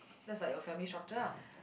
that's like your family structure ah